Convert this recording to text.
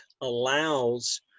allows